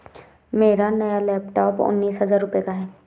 मेरा नया लैपटॉप उन्नीस हजार रूपए का है